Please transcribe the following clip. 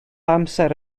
amser